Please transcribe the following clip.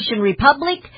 Republic